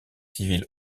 civile